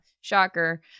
shocker